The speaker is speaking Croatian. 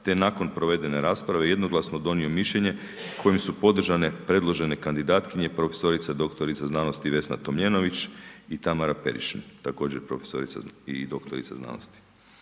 te nakon provedene rasprave jednoglasno donio mišljenje kojim su podržane predložene kandidatkinje profesorica doktorica znanosti Vesna Tomljenović i Tamara Periša također profesorica i doktorica znanosti.